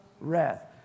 wrath